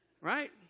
right